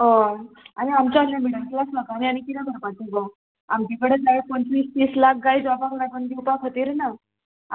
हय आनी आमचे असल्या मिडल क्लास लोकांनी आनी किदें करपाचें गो आमचे कडेन गाय पंचवीस तीस लाख गाय जॉबाक लागून दिवपा खातीर ना